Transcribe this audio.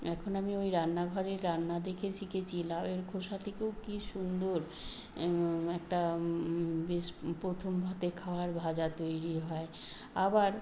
এখন আমি ওই রান্নাঘরের রান্না দেখে শিখেছি লাউয়ের খোসা থেকেও কী সুন্দর একটা বেশ প্রথম ভাতে খাওয়ার ভাজা তৈরি হয় আবার